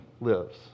lives